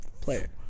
player